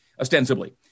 ostensibly